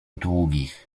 długich